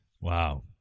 Wow